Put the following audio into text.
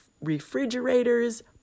Refrigerators